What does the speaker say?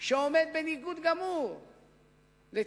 שעומד בניגוד גמור לתפיסה